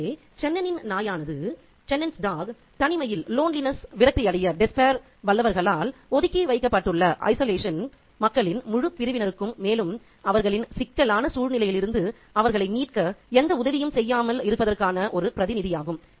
ஆகவே சென்னனின் நாயானதுChennans dog தனிமையில் விரக்தியடைய வல்லவர்களால் ஒதுக்கி வைக்கப்பட்டுள்ள மக்களின் முழுப் பிரிவினருக்கும் மேலும் அவர்களின் சிக்கலான சூழ்நிலையிலிருந்து அவர்களை மீட்க எந்த உதவியும் செய்யாமல் இருப்பதற்கான ஒரு பிரதிநிதியாகும்